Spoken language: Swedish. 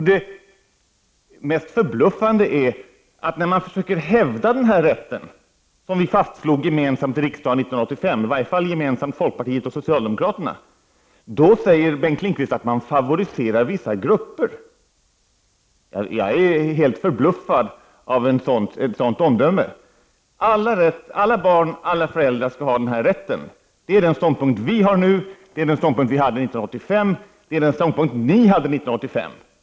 Det mest förbluffande är att när man försöker hävda denna rätt, som riksdagen fastslog 1985, åtminstone socialdemokraterna och folkpartiet, då säger Bengt Lindqvist att man favoriserar vissa grupper. Jag är helt förbluffad av ett sådant omdöme. Alla barn och alla föräldrar skall ha denna rätt. Det är den ståndpunkt vi har nu, och det är den ståndpunkt som vi hade 1985, och det är den ståndpunkt som socialdemokraterna hade 1985.